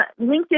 LinkedIn